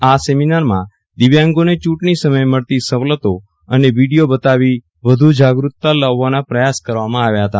આ સેમીનારમાં દિવ્યાંગોને ચૂટણી સમયે મળતી સવલતો અને વિડીયો બતાવી વધ્ જાગતતા લાવવાના પ્રયાસ કરવામાં આવ્યા હતા